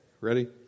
Ready